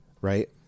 right